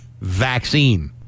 vaccine